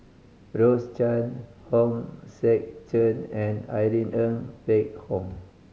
Rose Chan Hong Sek Chern and Irene Ng Phek Hoong